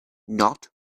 not